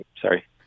Sorry